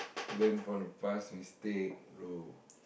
learn from the past instead bro